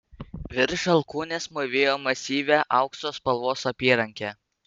virš alkūnės mūvėjo masyvią aukso spalvos apyrankę